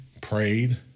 prayed